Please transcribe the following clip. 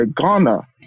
Ghana